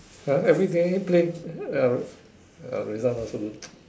uh everyday play uh her result not so good